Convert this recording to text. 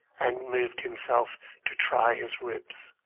and moved himself to try his ribs,